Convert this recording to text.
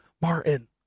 Martin